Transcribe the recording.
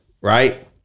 Right